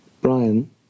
Brian